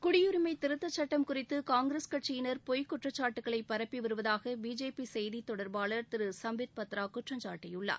குடியுரிமை திருத்த சட்டம் குறித்து காங்கிரஸ் கட்சியினர் பொய் உரைகளை பரப்பி வருவதாக பிஜேபி செய்தி தொடர்பாளர் திரு சும்பித் பத்ரா குற்றம் சாட்டியுள்ளார்